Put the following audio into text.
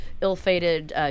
ill-fated